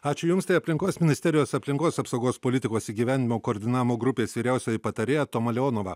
ačiū jums tai aplinkos ministerijos aplinkos apsaugos politikos įgyvendinimo koordinavimo grupės vyriausioji patarėja toma leonova